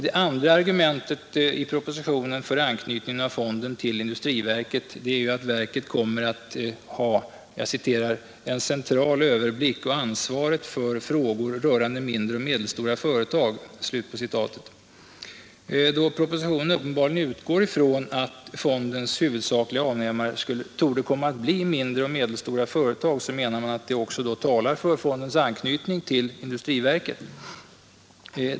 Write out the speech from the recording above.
Det andra argumentet i propositionen för anknytningen av fonden till industriverket är att verket kommer att ha ”en central överblick och ansvaret för frågor rörande mindre och medelstora företag”. Då propositionen uppenbarligen utgår från att fondens huvudsakliga avnämare torde komma att bli mindre och medelstora företag menar man att detta också talar för fondens anknytning till industriverket.